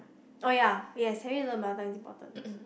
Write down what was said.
oh ya yes having to learn mother tongue is important